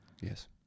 Yes